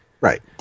Right